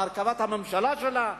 בהרכבת הממשלה שלה,